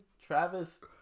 Travis